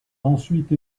ensuite